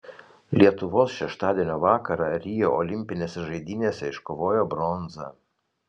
lietuvos šeštadienio vakarą rio olimpinėse žaidynėse iškovojo bronzą